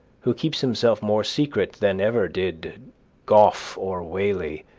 who keeps himself more secret than ever did did goffe or whalley